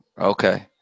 Okay